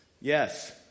Yes